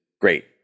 great